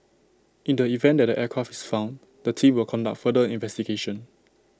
in the event that the aircraft is found the team will conduct further investigation